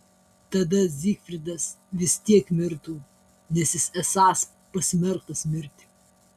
tada zygfridas vis tiek mirtų nes jis esąs pasmerktas mirti